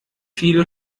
viele